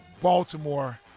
Baltimore